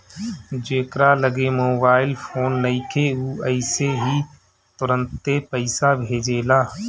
जेकरा लगे mobile phone नइखे उ अइसे ही तुरंते पईसा भेजेला